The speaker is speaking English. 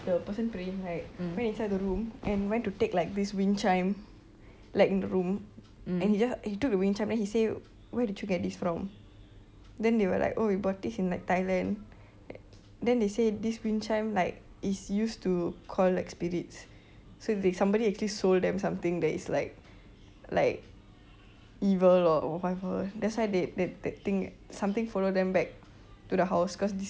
the person praying right went inside the room and went to take like this wind chime like in the room and he just he took the wind chime then he say where did you get this from then they were like oh we bought it in like thailand then they say this wind chime like is used to call like spirits so they somebody actually sold them something that is like like evil or whatever that's why they the that thing something follow them back to the house cause this